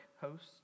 hosts